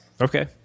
Okay